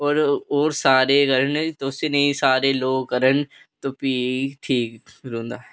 और सारे तुस नेईं सारें लोक करन भी ठीक होई जंदा